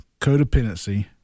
codependency